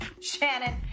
Shannon